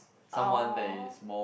oh